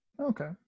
okay